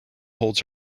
holds